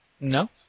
No